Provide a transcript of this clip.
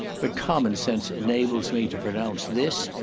but commonsense enables me to pronounce this,